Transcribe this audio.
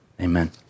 amen